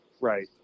Right